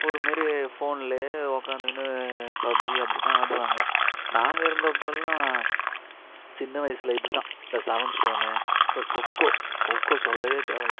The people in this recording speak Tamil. ஒரு மாரி ஃபோன்லேயே உட்காந்துக்கினு பப்ஜி அப்படித்தான் ஆடுவாங்க நாங்கள் இருந்தப்பெல்லாம் சின்ன வயசில் இப்படிதான் இந்த சவன் ஸ்டோனு அப்புறம் கொக்கோ கொக்கோ சொல்லவே தேவை இல்லை